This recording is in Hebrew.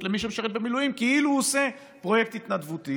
למי שמשרת במילואים כאילו הוא עושה פרויקט התנדבותי,